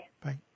Bye